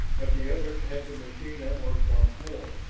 but the others had the machine at work once more.